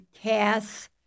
Cass